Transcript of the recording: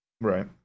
Right